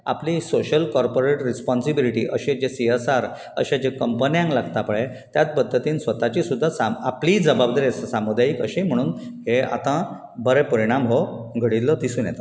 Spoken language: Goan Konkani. आपली सोशियल कॉरर्पोरेट रिसपोंनसीबीलीटी अशे जे सी एस आर अशे जे कंपन्यांक लागता पळय त्यात पध्तीन स्वताची सुद्दां आपली जवाबदारी सामूदायीक असे म्हणून हे आतां बरें परिणाम हो घडिल्लो दिसून येता